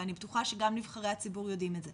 ואני בטוחה שגם נבחרי הציבור יודעים את זה,